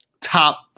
top